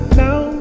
now